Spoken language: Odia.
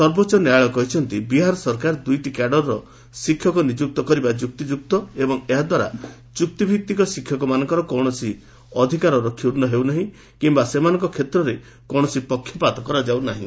ସର୍ବୋଚ୍ଚ ନ୍ୟାୟାଳୟ କହିଛନ୍ତି ବିହାର ସରକାର ଦୁଇଟି କ୍ୟାଡରର ଶିକ୍ଷକ ନିଯୁକ୍ତ କରିବା ଯୁକ୍ତିଯୁକ୍ତ ଏବଂ ଏହାଦ୍ୱାରା ଚୁକ୍ତିଭିତ୍ତିକ ଶିକ୍ଷକମାନଙ୍କର କୌଣସି ଅଧିକାର କ୍ଷୁଣ୍ଡ ହେଉ ନାହିଁ କିମ୍ବା ସେମାନଙ୍କ କ୍ଷେତ୍ରରେ କୌଣସି ପକ୍ଷପାତ କରାଯାଉ ନାହିଁ